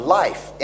life